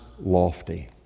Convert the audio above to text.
lofty